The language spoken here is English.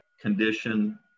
condition